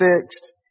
fixed